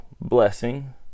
blessing